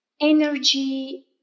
energy